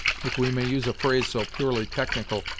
if we may use a phrase so purely technical,